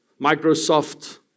Microsoft